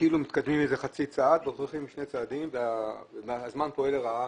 כאילו מתקדמים חצי צעד אבל הולכים אחורה שני צעדים והזמן פועל לרעה.